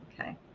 okay